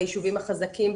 בישובים החזקים,